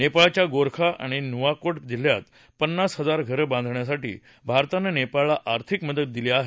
नेपाळच्या गोरखा आणि नुवाको जिल्ह्यात पन्नास हजार घरं बांधण्यासाठी भारतानं नेपाळला आर्थिक मदत दिली आहे